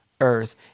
earth